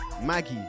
Maggie